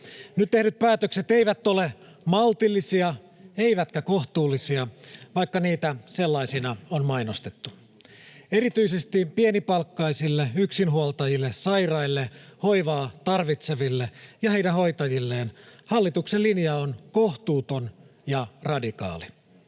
Nyt tehdyt päätökset eivät ole maltillisia eivätkä kohtuullisia, vaikka niitä sellaisina on mainostettu. Erityisesti pienipalkkaisille, yksinhuoltajille, sairaille, hoivaa tarvitseville ja heidän hoitajilleen hallituksen linja on kohtuuton ja radikaali.